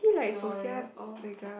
Gloria orh